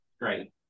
great